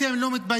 אתם לא מתביישים?